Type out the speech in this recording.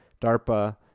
DARPA